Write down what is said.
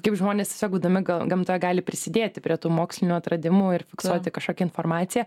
kaip žmonės tiesiog būdami ga gamtoje gali prisidėti prie tų mokslinių atradimų ir fiksuoti kažkokią informaciją